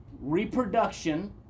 Reproduction